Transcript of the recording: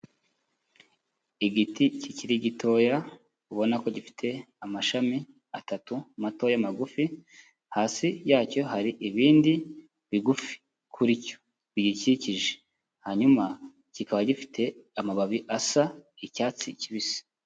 Igiti kikiri gitoya ubona ko gifite amashami atatu matoya magufi, hasi yacyo hari ibindi bigufi kuri cyo biyikikije, hanyuma kikaba gifite amababi asa icyatsi kibisi.